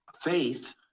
faith